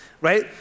right